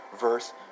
verse